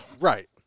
Right